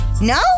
No